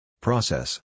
Process